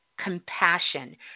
Compassion